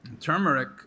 Turmeric